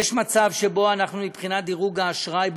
יש מצב שבו אנחנו מבחינת דירוג האשראי בעולם,